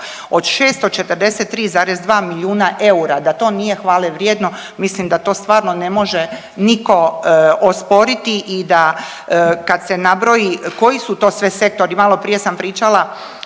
od 643,2 milijuna eura, da to nije hvale vrijedno, mislim da to stvarno ne može niko osporiti i da kad se nabroji koji su to sve sektori, maloprije sam pričala